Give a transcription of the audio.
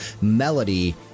melody